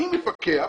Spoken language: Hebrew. אני מפקח,